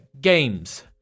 games